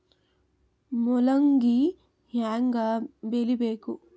ಮೂಲಂಗಿ ಹ್ಯಾಂಗ ಬೆಳಿಬೇಕು?